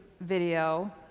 video